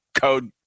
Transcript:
code